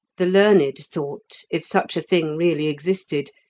the learned thought, if such a thing really existed,